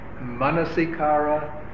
manasikara